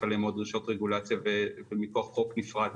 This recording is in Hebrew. עליהן עוד דרישות רגולציה מכוח חוק נפרד.